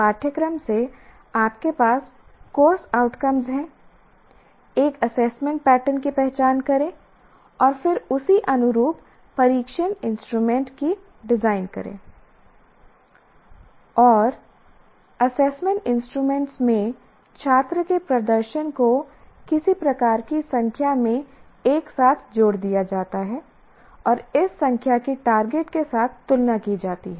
पाठ्यक्रम से आपके पास कोर्स आउटकम हैं एक एसेसमेंट पैटर्न की पहचान करें और फिर उसी अनुरूप एसेसमेंट इंस्ट्रूमेंट को डिजाइन करें और एसेसमेंट इंस्ट्रूमेंट में छात्र के प्रदर्शन को किसी प्रकार की संख्या में एक साथ जोड़ दिया जाता है और इस संख्या की टारगेट के साथ तुलना की जाती है